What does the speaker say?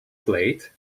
plate